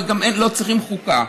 ולא צריכים חוקה.